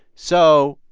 so.